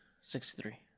Sixty-three